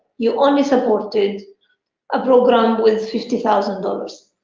you only supported a programme with fifty thousand dollars.